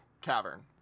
cavern